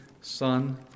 son